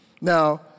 Now